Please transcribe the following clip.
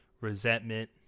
resentment